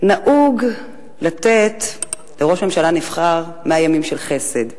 נהוג לתת לראש ממשלה נבחר מאה ימי חסד.